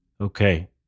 Okay